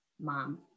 mom